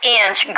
inch